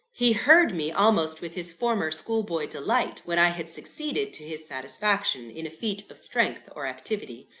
he heard me almost with his former schoolboy delight, when i had succeeded, to his satisfaction, in a feat of strength or activity.